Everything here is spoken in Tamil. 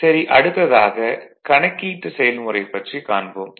சரி அடுத்ததாக கணக்கீட்டு செயல்முறை பற்றி காண்போம்